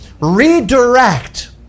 redirect